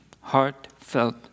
heartfelt